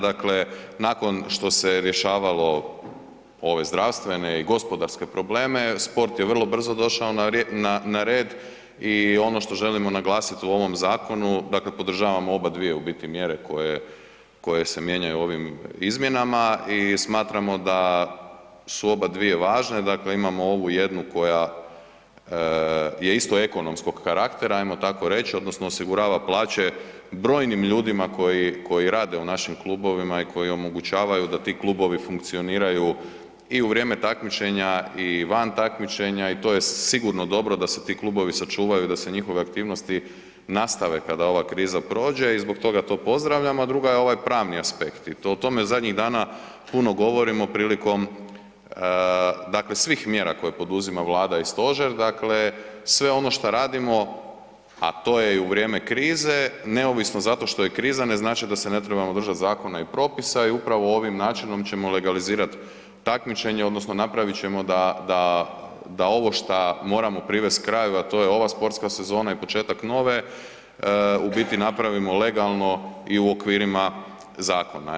Dakle, nakon što se je rješavalo ove zdravstvene i gospodarske probleme, sport je vrlo brzo došao na red i ono što želimo naglasit u ovom zakonu, dakle podržavam obadvije u biti mjere koje, koje se mijenjaju ovim izmjenama i smatramo da su obadvije važne, dakle imamo ovu jednu koja je isto ekonomskog karaktera, ajmo tako reć odnosno osigurava plaće brojnim ljudima koji, koji rade u našim klubovima i koji omogućavaju da ti klubovi funkcioniraju i u vrijeme takmičenja i van takmičenja i to je sigurno dobro da se ti klubovi sačuvaju, da se njihove aktivnosti nastave kada ova kriza prođe i zbog toga to pozdravljam, a druga je ovaj pravni aspekt i to, o tome zadnjih dana puno govorimo prilikom, dakle svih mjera koje poduzima Vlada i stožer, dakle sve ono što radimo, a to je i u vrijeme krize, neovisno zato što je kriza ne znači da se ne trebamo držat zakona i propisa i upravo ovim načinom ćemo legalizirat takmičenje odnosno napravit ćemo da, da, da ovo šta moramo privest kraju, a to je ova sportska sezona i početak nove u biti napravimo legalno i u okvirima zakona.